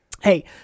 Hey